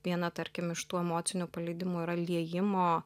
viena tarkim iš tų emocinių paleidimų yra liejimo